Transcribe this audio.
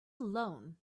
alone